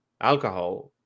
alcohol